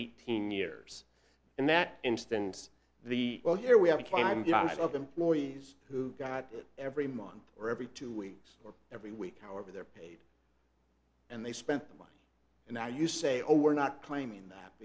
eighteen years in that instance the well here we have climbed out of employees who got it every month or every two weeks or every week however they're paid and they spent the money and now you say oh we're not claiming that